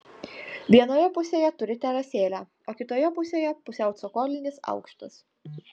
vienoje pusėje turi terasėlę o kitoje pusėje pusiau cokolinis aukštas